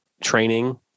training